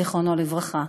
זיכרונו לברכה,